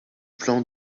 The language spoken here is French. plan